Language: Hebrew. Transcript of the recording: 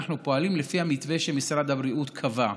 ואנחנו פועלים לפי המתווה שמשרד הבריאות קבע.